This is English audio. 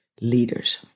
leaders